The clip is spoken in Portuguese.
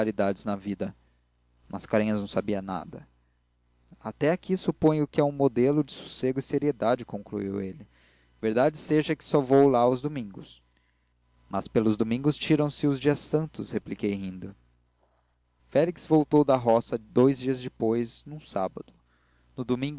na vida mascarenhas não sabia nada até aqui suponho que é um modelo de sossego e seriedade concluiu ele verdade seja que só vou lá aos domingos mas pelos domingos tiram se os dias santos repliquei rindo félix voltou da roga dous dias depois num sábado no domingo